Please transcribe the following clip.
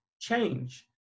change